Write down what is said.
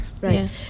Right